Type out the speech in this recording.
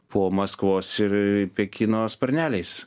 po maskvos ir pekino sparneliais